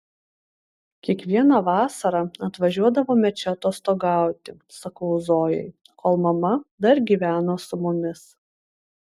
kiekvieną vasarą atvažiuodavome čia atostogauti sakau zojai kol mama dar gyveno su mumis